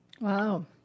Wow